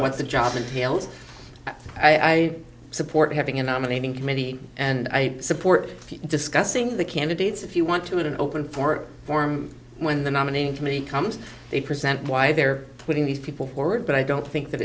of what the job entails i support having a nominating committee and i support discussing the candidates if you want to have an open for form when the nominee to me comes they present why they're putting these people forward but i don't think that